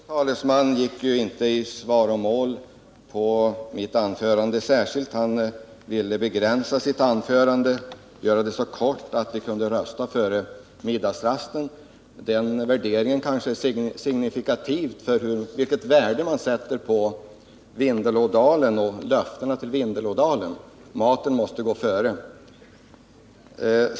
Herr talman! Utskottets talesman gick inte i svaromål på mitt anförande. Han ville göra sitt anförande så kort att vi kunde rösta före middagsrasten. Den värderingen kanske är signifikativ för det värde man sätter på löftena till befolkningen i Vindelådalen. Maten måste gå före!